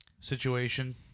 situation